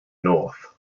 north